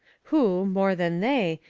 who, more than they,